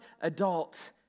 adult